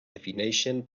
defineixen